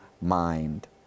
mind